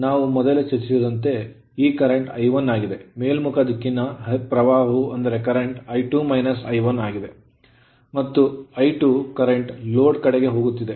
ನಾವು ಮೊದಲೇ ಚರ್ಚಿಸಿದಂತೆ ಈ ಪ್ರವಾಹವು I1 ಆಗಿದೆ ಮೇಲ್ಮುಖ ದಿಕ್ಕಿನ ಪ್ರವಾಹವು I2 - I1 ಆಗಿದೆ ಮತ್ತು I2 ಪ್ರಸ್ತುತಲೋಡ್ ಕಡೆಗೆ ಹೋಗುತ್ತಿದೆ